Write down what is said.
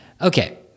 Okay